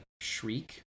shriek